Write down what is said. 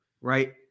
right